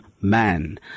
man